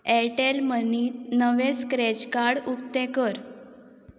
Airtel मनींत नवें scratch card उक्तें कर